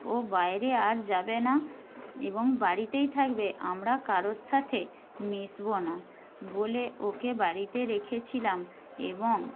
ও বাইরে আর যাবে না এবং বাড়িতেই থাকবে আমরা কারোর সাথে মিশবো না বলে ওকে বাড়িতে রেখেছিলাম এবং